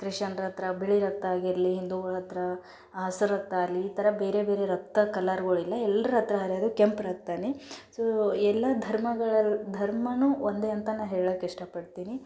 ಕ್ರಿಶ್ಶನ್ರ ಹತ್ರ ಬಿಳಿ ರಕ್ತ ಆಗಿರಲಿ ಹಿಂದೂಗಳ ಹತ್ತಿರ ಹಸ್ರು ರಕ್ತ ಆಗ್ಲಿ ಈ ಥರ ಬೇರೆ ಬೇರೆ ರಕ್ತ ಕಲರ್ಗಳಿಲ್ಲ ಎಲ್ರ ಹತ್ರ ಹರ್ಯೋದು ಕೆಂಪು ರಕ್ತವೇ ಸೊ ಎಲ್ಲ ಧರ್ಮಗಳಲ್ಲಿ ಧರ್ಮವೂ ಒಂದೇ ಅಂತ ನಾನು ಹೇಳಕ್ಕೆ ಇಷ್ಟಪಡ್ತೀನಿ